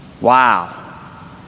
Wow